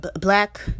black